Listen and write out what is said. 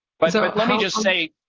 but so like let me just say,